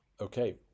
okay